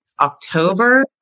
October